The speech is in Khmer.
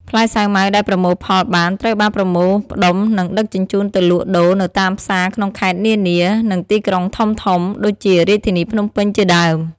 ផ្លែសាវម៉ាវដែលប្រមូលផលបាន ត្រូវបានប្រមូលផ្ដុំនិងដឹកជញ្ជូនទៅលក់ដូរនៅតាមផ្សារក្នុងខេត្តនានា និងទីក្រុងធំៗ ដូចជារាជធានីភ្នំពេញជាដើម។